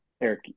Eric